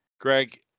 Greg